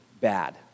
bad